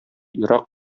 ерак